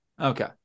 okay